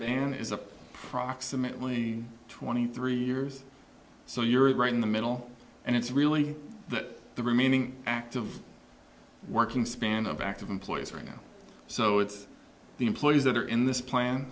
than is a proximately twenty three years so you're right in the middle and it's really that the remaining active working span of active employees right now so it's the employees that are in this plan